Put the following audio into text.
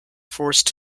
forced